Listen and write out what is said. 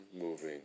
moving